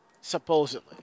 supposedly